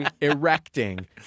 erecting